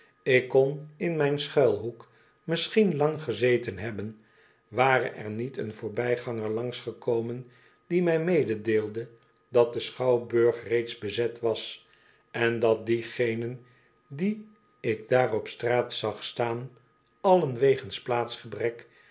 ik kon in mijn schuilhoek misschien lang gezeten hebben ware er niet een voorbijganger langs gekomen die mij mededeelde dat de schouwburg reeds bezet was en dat diegenen die ik daar op straal zag staan allen wegens plaatsgebrek